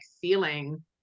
feeling